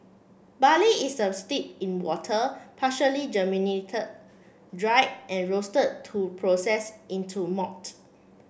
barley is a steep in water partially germinated dried and roasted to process into malt